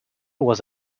was